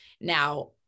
now